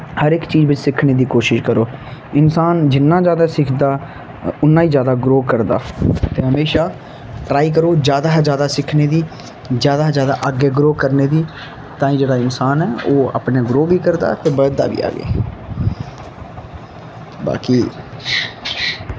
हर इक चीज़ बिच्च सिक्खने दी कोशिश करो इंसान जिन्ना जादा सिखदा उन्ना गै जादा ग्रो करदा ते हमेशा ट्राई करो जादा शा जादा सिक्खने दी जादा शा जादा अग्गैं ग्रो करने दी ताईं जेह्ड़ा इंसान ऐ ओह् अपने ग्रो बी करदा ते बधदा बी ऐ अग्गैं बाकी